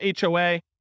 HOA